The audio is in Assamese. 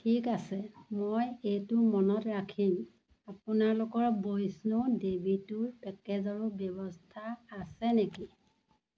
ঠিক আছে মই এইটো মনত ৰাখিম আপোনালোকৰ বৈষ্ণু দেৱী ট্যুৰ পেকেজৰো ব্যৱস্থা আছে নেকি